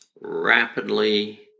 rapidly